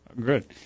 good